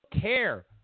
care